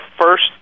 first